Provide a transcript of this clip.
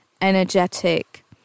energetic